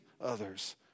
others